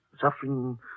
suffering